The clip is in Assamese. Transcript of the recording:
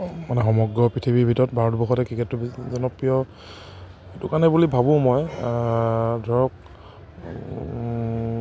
মানে সমগ্ৰ পৃথিৱীৰ ভিতৰত ভাৰতবৰ্ষতে ক্ৰিকেটটো বেছি জনপ্ৰিয় সেইটো কাৰণে বুলি ভাবোঁ মই ধৰক